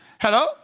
Hello